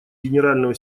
генерального